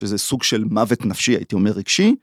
וזה סוג של מוות נפשי הייתי אומר רגשי.